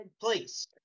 Please